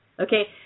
okay